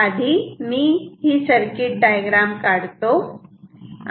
आधी मी circuit diagram काढतो